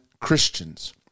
Christians